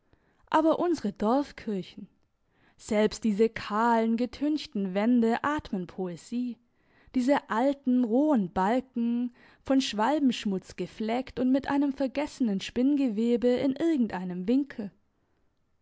aber unsere dorfkirchen selbst diese kahlen getünchten wände atmen poesie diese alten rohen balken von schwalbenschmutz gefleckt und mit einem vergessenen spinngewebe in irgend einem winkel